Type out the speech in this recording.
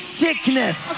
sickness